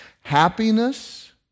Happiness